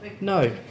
No